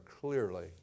clearly